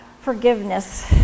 forgiveness